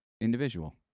individual